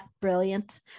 brilliant